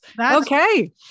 Okay